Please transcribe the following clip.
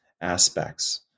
aspects